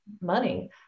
money